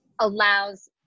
allows